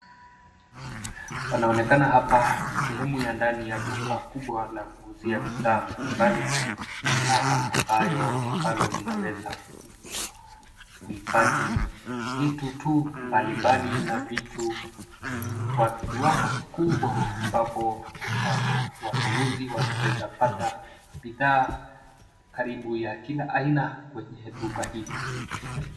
Panaonekana hapa sehemu ya ndani ya duka kubwa ya kuuzia bidhaa mbalimbali ambayo, ambalo linaweza kuhifadhi vitu tu mbalimbali na vitu kwa kiwango kikubwa ambapo wanunuzi wanaweza pata bidhaa karibu ya kila aina kwenye duka hili.